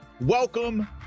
Welcome